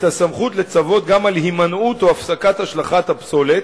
את הסמכות לצוות גם על הימנעות או הפסקת השלכת הפסולת,